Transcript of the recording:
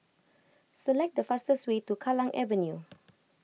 select the fastest way to Kallang Avenue